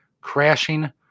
Crashing